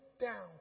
down